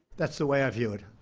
that's the way i view it.